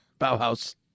Bauhaus